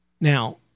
Now